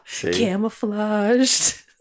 camouflaged